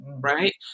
right